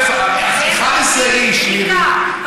הם עוברים בדיקה, נחמן.